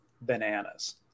bananas